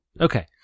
Okay